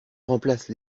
remplace